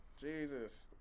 Jesus